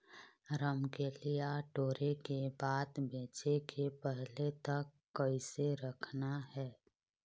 रमकलिया टोरे के बाद बेंचे के पहले तक कइसे रखना हे?